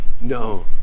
No